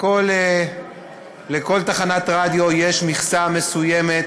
לכל תחנת רדיו יש מכסה מסוימת